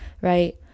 right